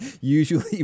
usually